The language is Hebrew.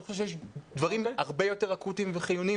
אני חושב שיש דברים הרבה יותר אקוטיים וחיוניים